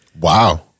Wow